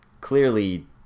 clearly